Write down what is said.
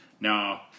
Now